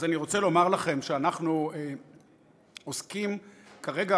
אני רוצה לומר לכם שאנחנו עוסקים כרגע